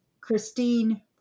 Christine